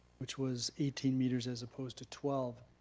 which was eighteen meters as opposed to twelve.